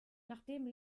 nachdem